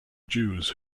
jews